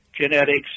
genetics